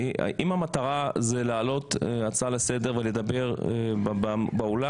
אם המטרה זה להעלות הצעה לסדר ולדבר באולם,